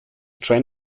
train